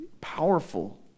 powerful